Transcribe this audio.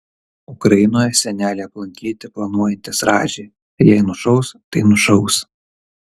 ukrainoje senelį aplankyti planuojantis radži jei nušaus tai nušaus